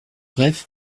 bref